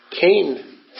Cain